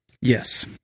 Yes